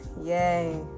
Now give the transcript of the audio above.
Yay